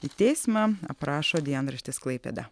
į teismą aprašo dienraštis klaipėda